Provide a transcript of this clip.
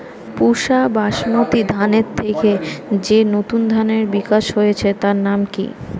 পুসা বাসমতি ধানের থেকে যে নতুন ধানের বিকাশ হয়েছে তার নাম কি?